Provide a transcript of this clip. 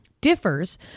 differs